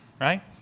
right